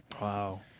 Wow